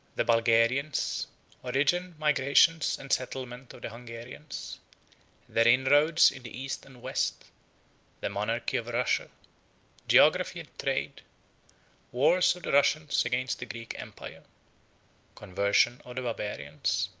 the bulgarians origin, migrations, and settlement of the hungarians their inroads in the east and west the monarchy of russia geography and trade wars of the russians against the greek empire conversion of the barbarians.